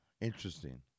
Interesting